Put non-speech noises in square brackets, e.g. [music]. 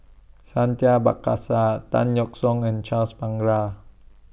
Santha [unintelligible] Tan Yeok Seong and Charles Paglar